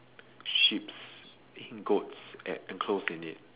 sheep's goats enclosed in it